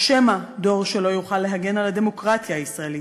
או שמא דור שלא יוכל להגן על הדמוקרטיה הישראלית,